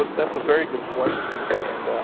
ah that's a very good question. and